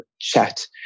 chat